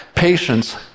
Patience